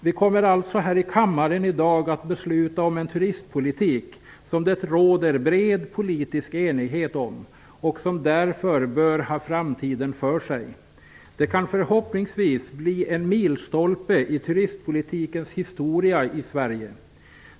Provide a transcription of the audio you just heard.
Vi kommer här i kammaren i dag att besluta om en turistpolitik som det råder bred politisk enighet om och som därför bör ha framtiden för sig. Det kan förhoppningsvis bli en milstolpe i turistpolitikens historia i Sverige.